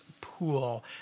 Pool